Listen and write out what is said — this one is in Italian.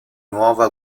nuova